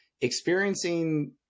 experiencing